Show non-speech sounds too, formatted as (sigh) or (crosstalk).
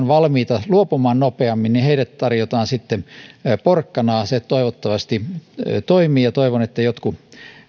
(unintelligible) valmiita luopumaan nopeammin tarjotaan sitten porkkanaa toivottavasti toimii ja toivon että jotkut